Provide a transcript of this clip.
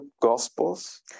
gospels